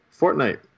Fortnite